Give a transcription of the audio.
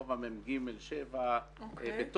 רחוב המ"ג 7 ירושלים,